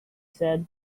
said